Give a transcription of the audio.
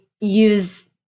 use